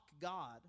God